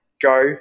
Go